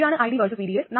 ഇതാണ് ID vs VDS